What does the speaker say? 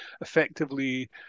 effectively